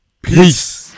Peace